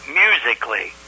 musically